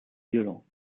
violents